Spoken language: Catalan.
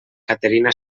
caterina